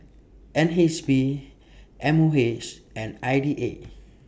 N H B M O H and I D A